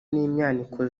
n’imyaniko